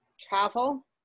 travel